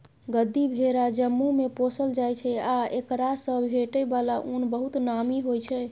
गद्दी भेरा जम्मूमे पोसल जाइ छै आ एकरासँ भेटै बला उन बहुत नामी होइ छै